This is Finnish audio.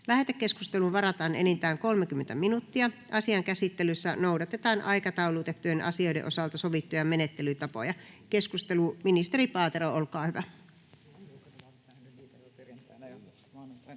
Lähetekeskusteluun varataan enintään 30 minuuttia. Asian käsittelyssä noudatetaan aikataulutettujen asioiden osalta sovittuja menettelytapoja. — Ministeri Haatainen, olkaa hyvä. [Speech